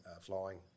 flying